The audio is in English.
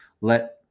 let –